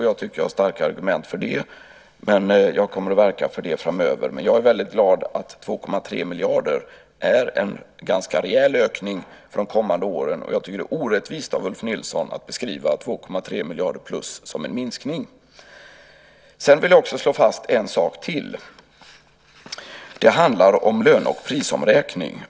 Jag tycker att jag har starka argument för det och kommer att verka för det framöver. Men jag är väldigt glad för de 2,3 miljarderna. Det är en ganska rejäl ökning för de kommande åren. Jag tycker att det är orättvist av Ulf Nilsson att beskriva 2,3 miljarder plus som en minskning. Sedan vill jag slå fast en sak till, och det handlar om löne och prisomräkningen.